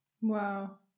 Wow